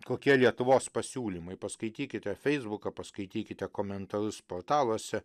kokie lietuvos pasiūlymai paskaitykite feisbuką paskaitykite komentarus portaluose